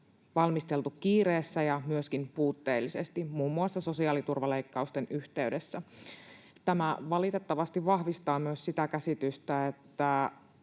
valmisteltu kiireessä ja myöskin puutteellisesti muun muassa sosiaaliturvaleikkausten yhteydessä. Tämä valitettavasti vahvistaa myös sitä käsitystä, onko